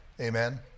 Amen